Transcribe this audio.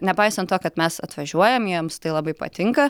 nepaisant to kad mes atvažiuojam jiems tai labai patinka